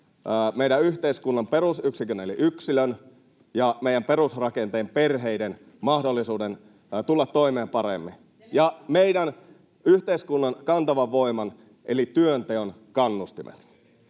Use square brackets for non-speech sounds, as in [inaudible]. meidän yhteiskunnan perusyksikön eli yksilön, meidän perusrakenteen, perheiden, mahdollisuuden tulla toimeen paremmin [noise] ja meidän yhteiskunnan kantavan voiman eli työnteon kannustimet.